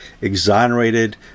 exonerated